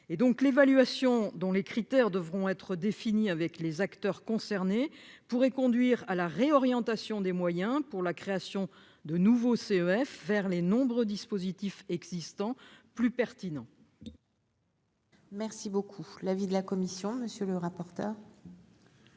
et donc l'évaluation dont les critères devront être définies avec les acteurs concernés, pourrait conduire à la réorientation des moyens pour la création de nouveaux CEF vers les nombreux dispositifs existants plus pertinent. Merci beaucoup, l'avis de la commission, monsieur le rapporteur.